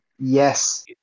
Yes